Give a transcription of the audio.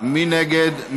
מי נגד?